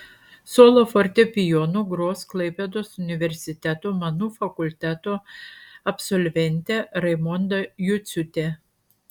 solo fortepijonu gros klaipėdos universiteto menų fakulteto absolventė raimonda juciūtė